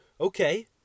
okay